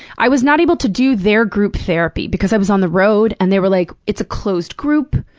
i was not able to do their group therapy, because i was on the road and they were like, it's a closed group.